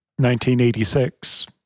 1986